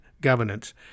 Governance